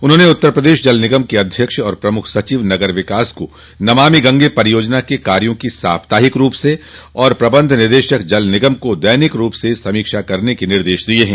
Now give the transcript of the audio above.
उन्होंने उत्तर प्रदेश जल निगम के अध्यक्ष एवं प्रमुख सचिव नगर विकास को नमामि गंगे परियोजना के कार्यों की साप्ताहिक तथा प्रबन्ध निदेशक जल निगम को दैनिक समीक्षा करने के निर्देश दिये हैं